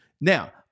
Now